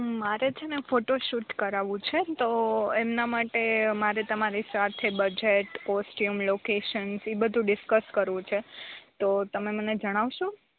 મારે છેને ફોટોશૂટ કરાવું છે તો એમના માટે મારે તમારી સાથે બજેટ કોસટયુમ લોકેશન્સ ઇ બધુ ડિસક્સ કરવું છે તો તમે મને જણાવશો